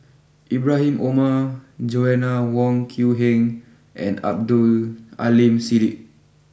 Ibrahim Omar Joanna Wong Quee Heng and Abdul Aleem Siddique